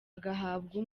agahabwa